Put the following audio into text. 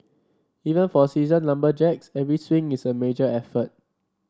even for seasoned lumberjacks every swing is a major effort